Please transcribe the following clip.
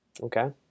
Okay